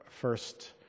first